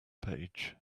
page